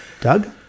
Doug